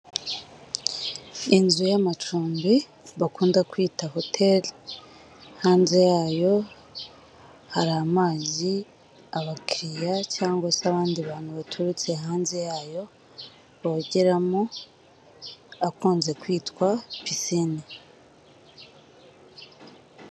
Uyu ni umuhanda ugezweho wa kaburimbo urimo imodoka zitandukanye ndetse n'abamotari, uyu muhanda ukaba uriho ibiti biyobora abantu bizwi nka feruje ndetse n'aho abanyamaguru bambukira hagati mu muhanda.